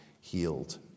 healed